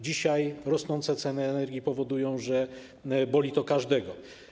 Dzisiaj rosnące ceny energii powodują, że boli to każdego.